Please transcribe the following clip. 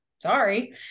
sorry